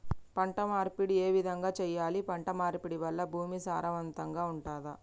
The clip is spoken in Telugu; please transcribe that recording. పంట మార్పిడి ఏ విధంగా చెయ్యాలి? పంట మార్పిడి వల్ల భూమి సారవంతంగా ఉంటదా?